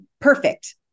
perfect